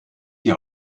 die